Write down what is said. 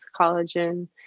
collagen